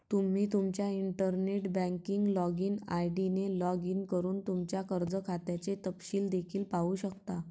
तुम्ही तुमच्या internet banking login ID ने लॉग इन करून तुमच्या कर्ज खात्याचे तपशील देखील पाहू शकता